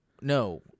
No